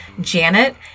Janet